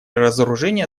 разоружения